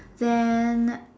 then